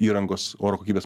įrangos oro kokybės